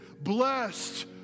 blessed